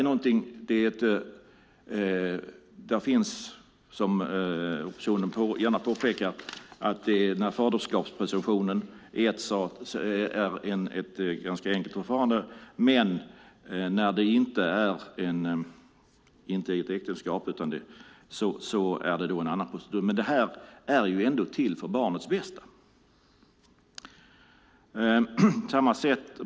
Oppositionen påpekar gärna att faderskapspresumtion är ett ganska enkelt förfarande, men det är en annan procedur när det inte är inom ett äktenskap. Men det här är ändå till för barnets bästa.